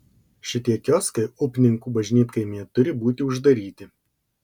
šitie kioskai upninkų bažnytkaimyje turi būti uždaryti